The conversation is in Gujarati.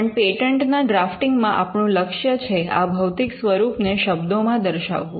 પણ પેટન્ટના ડ્રાફ્ટીંગ માં આપણું લક્ષ્ય છે આ ભૌતિક સ્વરૂપ ને શબ્દોમાં માંડવું